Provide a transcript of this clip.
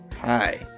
Hi